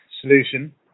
solution